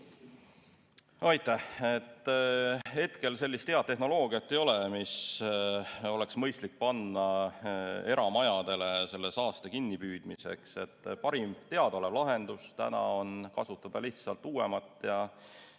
Aitäh! Hetkel sellist head tehnoloogiat ei ole, mis oleks mõistlik panna eramajadele selle saaste kinnipüüdmiseks. Parim teadaolev lahendus on kasutada lihtsalt uuemat